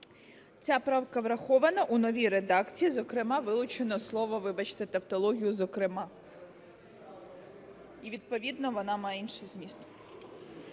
Ця правка врахована у новій редакції, зокрема вилучено слово, вибачте за тавтологію, "зокрема". І відповідно вона має інший зміст.